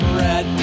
red